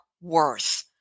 worth